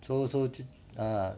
so so just ah